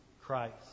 Christ